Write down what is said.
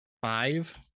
Five